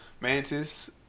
Mantis